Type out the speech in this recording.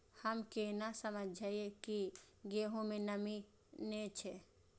हम केना समझये की गेहूं में नमी ने छे?